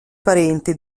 parente